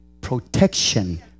Protection